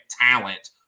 talent